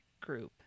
group